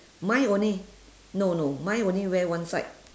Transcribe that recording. mine only no no mine only wear one side